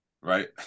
right